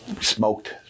smoked